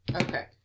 Okay